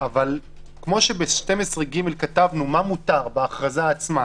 אבל כפי שב-12ג כתבנו מה מותר בהכרזה עצמה